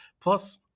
Plus